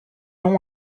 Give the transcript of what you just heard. nom